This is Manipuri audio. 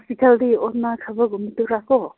ꯍꯧꯖꯤꯛꯀꯥꯟꯗꯤ ꯑꯣꯛꯅꯥ ꯁꯥꯕꯒꯨꯝꯕꯗꯨꯔꯀꯣ